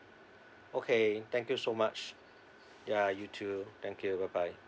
okay thank you so much ya you too thank you bye bye